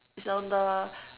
it's on the